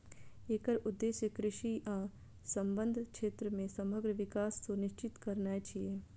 एकर उद्देश्य कृषि आ संबद्ध क्षेत्र मे समग्र विकास सुनिश्चित करनाय छियै